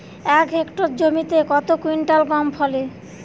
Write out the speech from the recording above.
এক হেক্টর জমিতে কত কুইন্টাল গম ফলে?